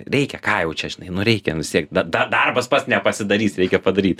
reikia ką jau čia žinai nu reikia nu vis tiek dar dar darbas pats nepasidarys reikia padaryt